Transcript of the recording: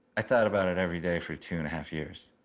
i thought about it every day for two and a half years.